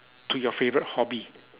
to your favorite hobby